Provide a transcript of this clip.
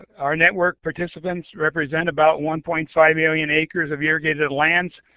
our network participants represent about one point five million acres of irrigated lands.